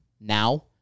now